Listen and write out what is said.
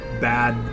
bad